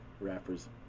rappers